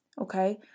Okay